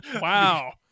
Wow